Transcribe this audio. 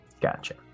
Gotcha